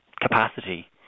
capacity